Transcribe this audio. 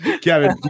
Kevin